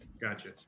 Gotcha